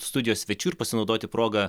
studijos svečių ir pasinaudoti proga